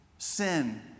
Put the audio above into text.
Sin